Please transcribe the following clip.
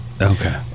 Okay